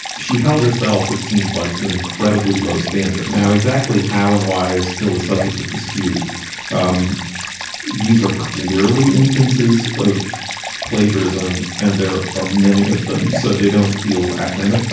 she held herself. it seems like to an incredibly low standard. now, exactly how and why is still a subject of dispute um these are clearly instances of plagiarism. and there are many of them. so they don't feel academic.